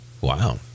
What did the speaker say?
Wow